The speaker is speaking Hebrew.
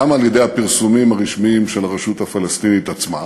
גם על-ידי הפרסומים הרשמיים של הרשות הפלסטינית עצמה,